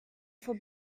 for